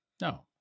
No